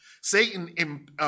Satan